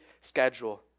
schedule